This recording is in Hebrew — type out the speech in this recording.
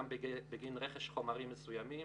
גם בגין רכש חומרים מסוימים.